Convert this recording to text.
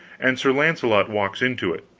and sir launcelot walks into it.